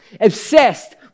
obsessed